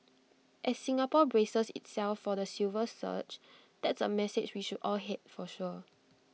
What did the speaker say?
as Singapore braces itself for the silver surge that's A message we should all heed for sure